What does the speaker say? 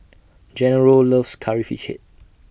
Gennaro loves Curry Fish Head